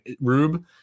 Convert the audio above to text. Rube